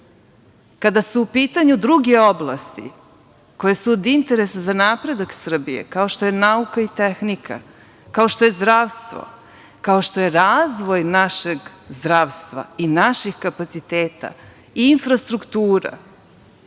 kada su u pitanju druge oblasti koje su od interesa za napredak Srbije, kao što je nauka i tehnika, kao što je zdravstvo, kao što je razvoj našeg zdravstva i naših kapaciteta, infrastruktura,